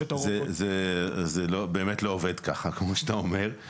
זה באמת לא עובד ככה, כמו שאתה אומר.